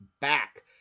back